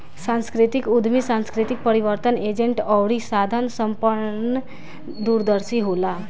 सांस्कृतिक उद्यमी सांस्कृतिक परिवर्तन एजेंट अउरी साधन संपन्न दूरदर्शी होला